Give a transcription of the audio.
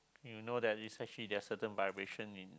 you know that it's actually there are certain vibration in